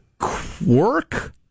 quirk